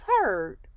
heard